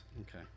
Okay